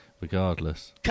regardless